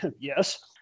Yes